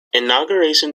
inauguration